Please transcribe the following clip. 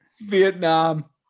Vietnam